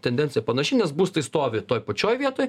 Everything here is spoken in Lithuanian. tendencija panaši nes būstai stovi toj pačioj vietoj